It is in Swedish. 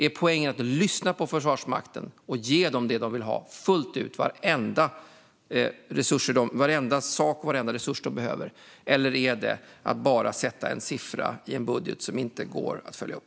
Är poängen att lyssna på Försvarsmakten och ge dem vad de vill ha, fullt ut, varenda sak och resurs som de behöver, eller är det att bara sätta en siffra i en budget som inte går att följa upp?